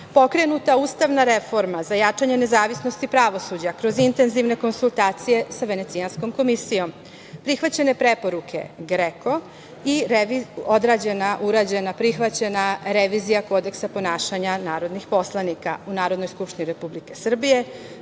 pokrenuta ustavna reforma za jačanje nezavisnosti pravosuđa kroz intenzivne konsultacije sa Venecijanskom komisijom, prihvaćene preporuke GREKO i odrađena, urađena, prihvaćena revizija Kodeksa ponašanja narodnih poslanika u Narodnoj skupštini Republike Srbije.